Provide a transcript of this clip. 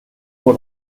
bon